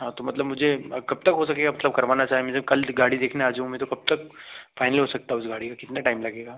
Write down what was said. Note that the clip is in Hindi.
हाँ तो मतलब मुझे कब तक हो सकेगा मतलब करवाना चाहेंगे जब कल गाड़ी देखने आ जाऊँ मैं तो कब तक फाइनल हो सकता उस गाड़ी का कितना टाइम लगेगा